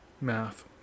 Math